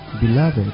Beloved